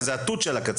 בעצם, זה התות של הקצפת.